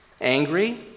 Angry